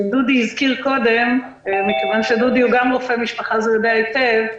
דודי דביר הזכיר קודם מכיוון שהוא גם רופא משפחה אז הוא יודע היטב,